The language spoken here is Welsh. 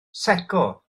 secco